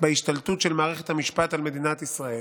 בהשתלטות של מערכת המשפט על מדינת ישראל.